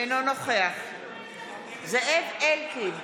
אינו נוכח זאב אלקין,